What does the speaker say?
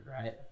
right